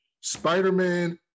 Spider-Man